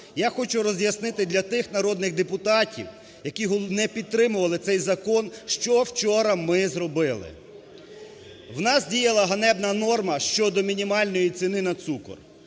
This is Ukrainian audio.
Я хочу роз'яснити для тих народних депутатів, які не підтримували цей закон. Що вчора ми зробили? У нас діяла ганебна норма щодо мінімальної ціни на цукор,